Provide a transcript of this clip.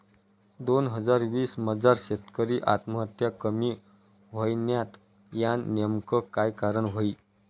दोन हजार वीस मजार शेतकरी आत्महत्या कमी व्हयन्यात, यानं नेमकं काय कारण व्हयी?